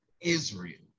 Israel